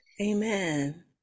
Amen